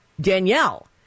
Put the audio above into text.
Danielle